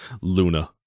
Luna